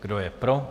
Kdo je pro?